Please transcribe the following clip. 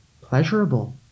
pleasurable